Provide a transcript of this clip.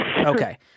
Okay